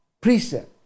precept